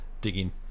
digging